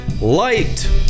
light